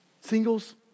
Singles